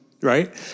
right